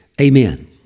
amen